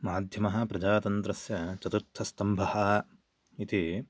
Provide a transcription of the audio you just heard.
माध्यमः प्रजातन्त्रस्य चतुर्थस्तम्भः इति